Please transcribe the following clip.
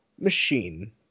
machine